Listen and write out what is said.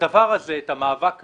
והמאבק הזה,